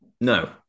No